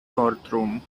courtroom